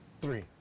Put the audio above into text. Three